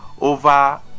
over